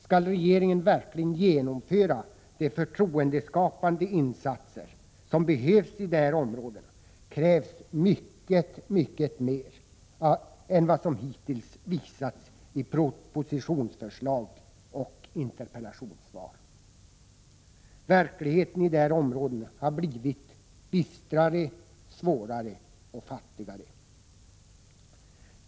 Skall regeringen verkligen genomföra de förtroendeskapande insatser som behövs i de här områdena krävs mycket, mycket mer än vad som hittills redovisats i propositionsförslag och interpellationssvar. Verkligheten i de här områdena har blivit bistrare, svårare och fattigare.